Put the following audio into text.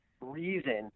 reason